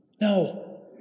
No